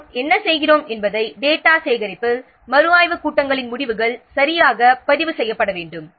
நாங்கள் என்ன செய்கிறோம் என்பதை டேட்டா சேகரிப்பில் மறுஆய்வு கூட்டங்களின் முடிவுகள் சரியாக பதிவு செய்யப்பட வேண்டும்